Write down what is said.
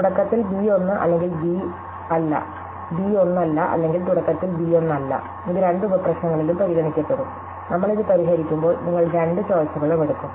തുടക്കത്തിൽ ബി 1 അല്ലെങ്കിൽ ബി അല്ല ബി 1 അല്ല അല്ലെങ്കിൽ തുടക്കത്തിൽ ബി 1 അല്ല ഇത് രണ്ട് ഉപപ്രശ്നങ്ങളിലും പരിഗണിക്കപ്പെടും നമ്മൾ ഇത് പരിഹരിക്കുമ്പോൾ നിങ്ങൾ രണ്ട് ചോയിസുകളും എടുക്കും